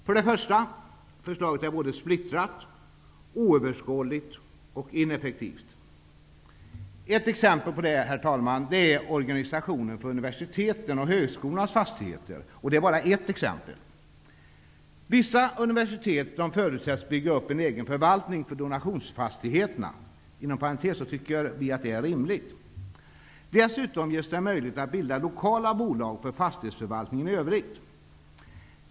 För det första är förslaget splittrat, oöverskådligt och ineffektivt. Ett exempel på det, herr talman, är organisationen för universitetens och högskolornas fastigheter. Det är bara ett exempel. Vissa universitet förutsätts bygga upp en egen förvaltning för donationsfastigheterna. Inom parentes sagt tycker vi att det är rimligt. Dessutom ges det möjlighet att bilda lokala bolag för fastighetsförvaltningen i övrigt.